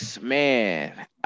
man